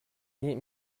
nih